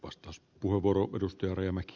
arvoisa puhemies